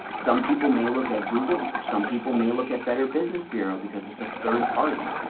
some people may look at google, some people may look at better business bureau because it's a third party.